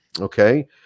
Okay